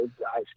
guys